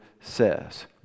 says